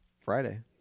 Friday